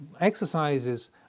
exercises